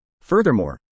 furthermore